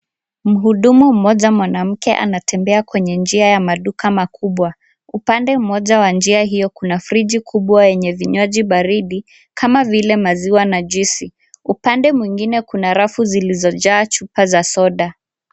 Mhudumu mmoja mwanamke anatembea kwenye njia ya maduka makubwa. Upande mmoja wa njia hio kuna friji kubwa yenye vinywaji baridi kama vile: maziwa na juisi . Upande mwingine kuna rafu zilizojaa chupa za soda .